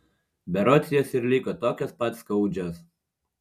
berods jos ir liko tokios pat skaudžios